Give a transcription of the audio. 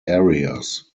areas